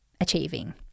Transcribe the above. achieving